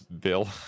Bill